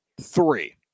Three